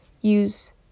use